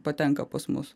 patenka pas mus